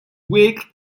week